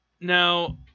Now